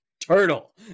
turtle